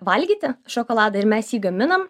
valgyti šokoladą ir mes jį gaminam